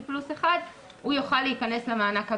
פלוס אחד הוא יוכל להיכנס למענק הגבוה.